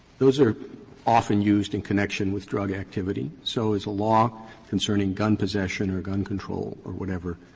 those are often used in connection with drug activity. so is a law concerning gun possession or gun control or whatever,